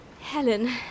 Helen